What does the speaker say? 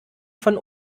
von